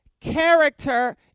Character